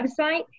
website